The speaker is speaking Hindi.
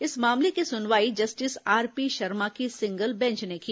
इस मामले की सुनवाई जस्टिस आरपी शर्मा की सिंगल बेंच ने की